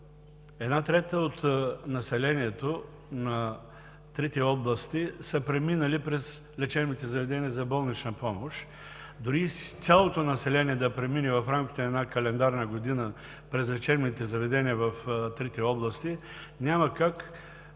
една трета от населението на трите области е преминало през лечебните заведения за болнична помощ. Дори цялото население да премине, в рамките на една календарна година през лечебните заведения в трите области, няма как